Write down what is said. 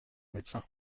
médecin